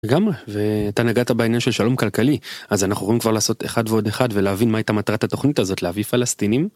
גם, ואתה נגעת בעניין של שלום כלכלי, אז אנחנו יכולים כבר לעשות אחד ועוד אחד ולהבין מה הייתה מטרת התוכנית הזאת, להביא פלסטינים.